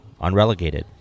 Unrelegated